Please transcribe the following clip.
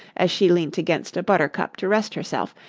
as she leant against a buttercup to rest herself,